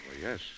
Yes